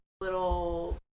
little